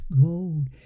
gold